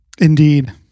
Indeed